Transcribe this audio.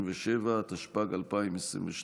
37), התשפ"ג 2022,